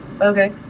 Okay